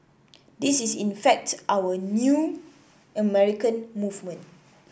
this is in fact our new American movement